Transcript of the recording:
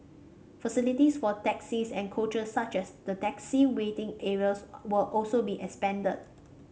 facilities for taxis and coaches such as the taxi waiting areas will also be expanded